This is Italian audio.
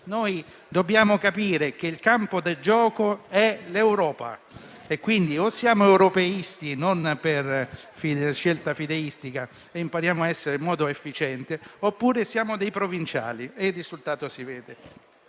Dobbiamo capire che il campo da gioco è l'Europa e quindi o siamo europeisti non per scelta fideistica e impariamo a esserlo in modo efficiente, oppure siamo dei provinciali e il risultato si vede.